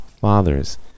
fathers